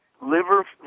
liver